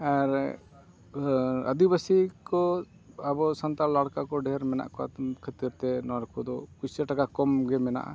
ᱟᱨ ᱟᱹᱫᱤᱵᱟᱹᱥᱤ ᱠᱚ ᱟᱵᱚ ᱥᱟᱱᱛᱟᱲ ᱞᱟᱲᱠᱟ ᱠᱚ ᱰᱷᱮᱹᱨ ᱢᱮᱱᱟᱜ ᱠᱚᱣᱟ ᱚᱱᱟ ᱠᱷᱟᱹᱛᱤᱨᱛᱮ ᱱᱩᱠᱩ ᱫᱚ ᱯᱩᱭᱥᱟᱹ ᱴᱟᱠᱟ ᱠᱚᱢ ᱜᱮ ᱢᱮᱱᱟᱜᱼᱟ